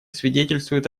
свидетельствует